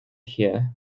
here